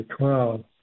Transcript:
12